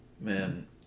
Man